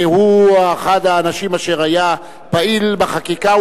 והוא אחד האנשים אשר היה פעיל בחקיקה,